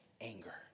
anger